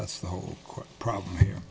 that's the whole problem here